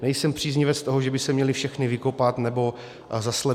Nejsem příznivcem toho, že by se měly všechny vykopat nebo zaslepit.